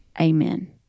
amen